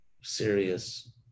serious